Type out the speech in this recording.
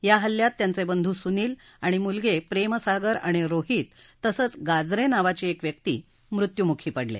या हल्यात त्यांचे बंधू सुनील आणि मुलगे प्रेमसागर आणि रोहित तसंच गाजरे नावाची व्यक्ती मृत्यूमुखी पडले